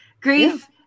grief